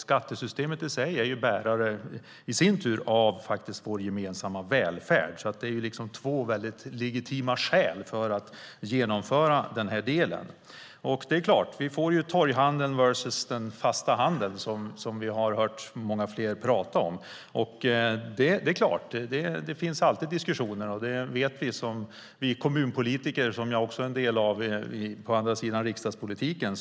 Skattesystemet är i sin tur bärare av vår gemensamma välfärd, så det är liksom två mycket legitima skäl för att genomföra detta. Det är klart att vi får torghandeln mot den fasta handeln, som vi har hört många prata om. Det finns alltid diskussioner. Det vet vi kommunpolitiker, som jag är också på andra sidan av riksdagspolitiken.